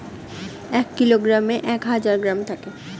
এক কিলোগ্রামে এক হাজার গ্রাম থাকে